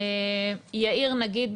יאיר נגיד,